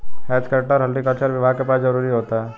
has cutter horticulture विभाग के पास जरूर होता है